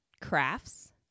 crafts